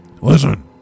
Listen